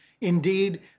Indeed